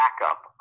backup